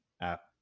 app